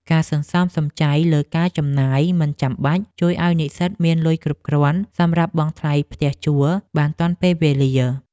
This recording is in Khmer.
ការសន្សំសំចៃលើការចំណាយមិនចាំបាច់ ជួយឱ្យនិស្សិតមានលុយគ្រប់គ្រាន់សម្រាប់បង់ថ្លៃផ្ទះជួលបានទាន់ពេលវេលា។